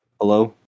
Hello